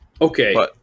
Okay